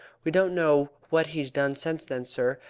we don't know what he's done since then, sir,